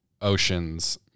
Oceans